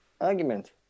argument